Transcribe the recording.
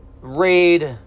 raid